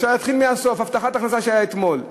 אפשר להתחיל מהסוף: נושא הבטחת הכנסה שהיה אתמול,